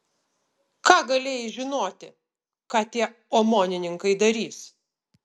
ką galėjai žinoti ką tie omonininkai darys